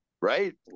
right